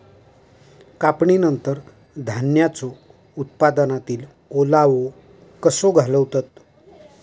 कापणीनंतर धान्यांचो उत्पादनातील ओलावो कसो घालवतत?